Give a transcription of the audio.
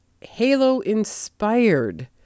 Halo-inspired